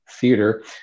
theater